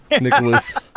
Nicholas